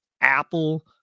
Apple